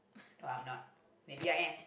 no I'm not maybe I am